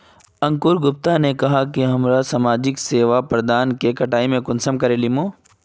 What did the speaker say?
अंकूर गुप्ता ने कहाँ की हमरा समाजिक सेवा प्रदान करने के कटाई में कुंसम करे लेमु?